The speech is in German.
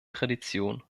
tradition